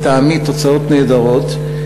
לטעמי, תוצאות נהדרות,